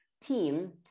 team